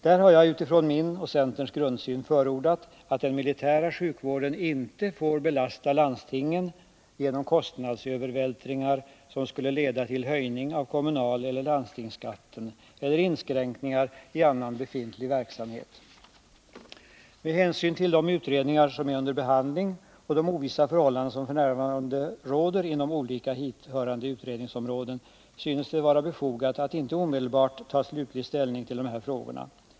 Där har jag utifrån min och centerns grundsyn förordat att den militära sjukvården inte får belasta landstingen genom kostnadsövervältringar som skulle leda till höjning av kommunal 197 eller landstingsskatten eller till inskränkningar i annan befintlig verksamhet. Med hänsyn till de utredningar som är under behandling och de ovissa förhållanden som f.n. råder inom olika hithörande utredningsområden synes det vara befogat att inte omedelbart ta slutlig ställning till de här frågorna.